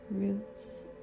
roots